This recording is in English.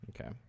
Okay